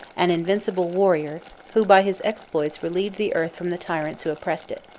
an invincible warrior, who by his exploits relieved the earth from the tyrants who oppressed it.